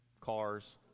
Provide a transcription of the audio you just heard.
cars